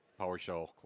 PowerShell